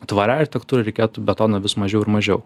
tvariai architektūrai reikėtų betono vis mažiau ir mažiau